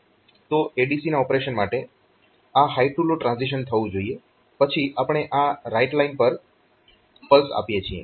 તો ADC ના operation માટે આ હાય ટૂ લો ટ્રાન્ઝીશન થવું જોઈએ પછી આપણે આ રાઈટ લાઈન પર પલ્સ આપીએ છીએ